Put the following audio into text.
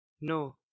No